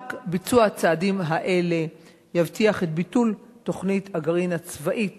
רק ביצוע צעדים אלה יבטיח את ביטול תוכנית הגרעין הצבאית